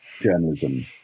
journalism